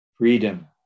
Freedom